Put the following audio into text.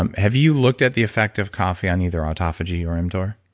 um have you looked at the effect of coffee on either autophagy or mtor?